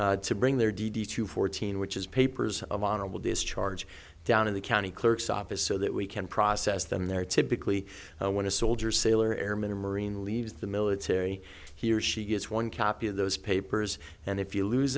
to bring their d d to fourteen which is papers of honorable discharge down of the county clerk's office so that we can process them there typically when a soldier sailor airman or marine leaves the military he or she gets one copy of those papers and if you lose